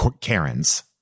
Karen's